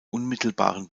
unmittelbaren